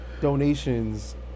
donations